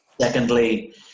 Secondly